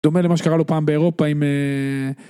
דומה למה שקרה לו פעם באירופה עם...